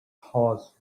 horse